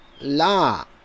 La